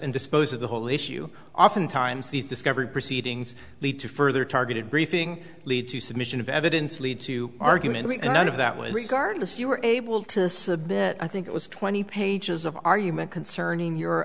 and dispose of the whole issue oftentimes these discovery proceedings lead to further targeted briefing leads to submission of evidence lead to argument and none of that was regarded as you were able to submit i think it was twenty pages of argument concerning your